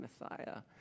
Messiah